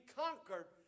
conquered